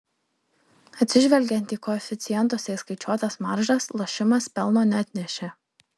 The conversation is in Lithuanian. atsižvelgiant į koeficientuose įskaičiuotas maržas lošimas pelno neatnešė